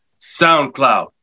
SoundCloud